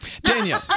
Daniel